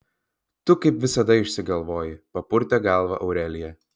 tu kaip visada išsigalvoji papurtė galvą aurelija